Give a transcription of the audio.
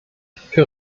für